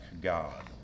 God